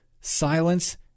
silence